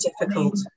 difficult